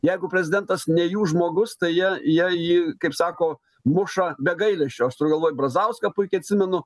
jeigu prezidentas ne jų žmogus tai jie jie jį kaip sako muša be gailesčio aš turiu galvoj brazauską puikiai atsimenu